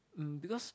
um because